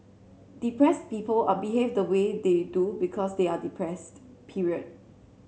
depress people are behave the way they do because they are depressed period